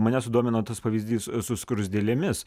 mane sudomino tas pavyzdys su skruzdėlėmis